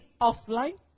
offline